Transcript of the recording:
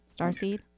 Starseed